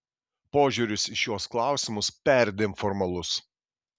požiūris į šiuos klausimus perdėm formalus